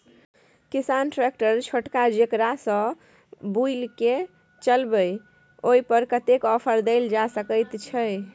किसान ट्रैक्टर छोटका जेकरा सौ बुईल के चलबे इ ओय पर कतेक ऑफर दैल जा सकेत छै?